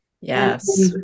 Yes